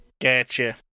gotcha